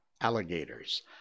alligators